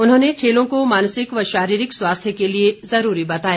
उन्होंने खेलों को मानसिक व शारीरिक स्वास्थ्य के लिए ज़रूरी बताया